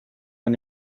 and